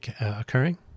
occurring